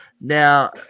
Now